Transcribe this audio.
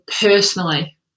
personally